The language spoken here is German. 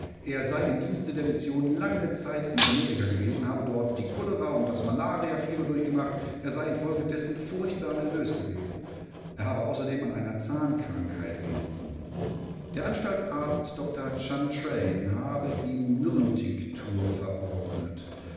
er sei im dienste der mission lange zeit in amerika gewesen habe dort die cholera und das malariafieber durchgemacht er sei infolgedessen furchtbar nervös gewesen er habe außerdem an einer zahnkrankheit gelitten der anstaltsarzt dr chantraine habe ihm myrrhentinktur verordnet